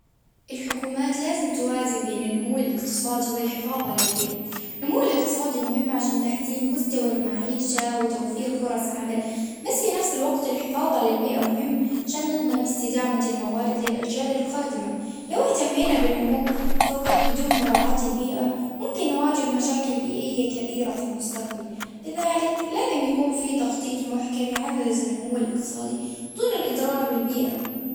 الحكومات لازم توازن بين النمو الإقتصادي والحفاظ على البيئة، النمو الاإقتصادي مهم عشان تحسين مستوى المعيشة وتوفير فرص عمل، بس في نفس الوقت للحفاظ على البيئة مهم، عشان نضمن إستدامة الموارد للأجيال القادمة، لو إهتمينا بالنمو فقط بدون مراعاة البيئة، ممكن نواجه مشاكل بيئية كبيرة في المستقبل، لذلك لازم يكون في تخطيط محكم يعزز النمو الإقتصادي دون الأضرار بالبيئة.